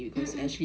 mm mm